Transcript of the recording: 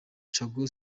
coga